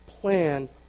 plan